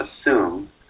assume